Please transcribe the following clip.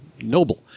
noble